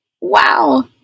wow